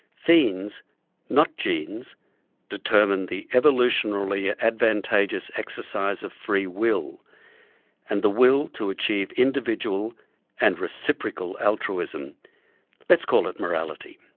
phenes not genes determine the evolutionarily advantageous exercise of free will and the will to achieve individual and reciprocal altruism let's call it morality.